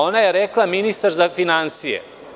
Ona je rekla – ministar za finansije.